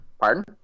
Pardon